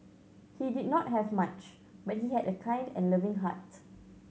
he did not have much but he had a kind and loving heart